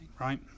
right